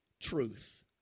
truth